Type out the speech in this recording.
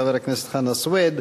חבר הכנסת חנא סוייד,